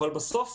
אבל בסוף,